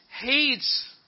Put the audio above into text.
hates